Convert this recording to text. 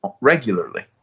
regularly